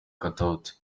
katauti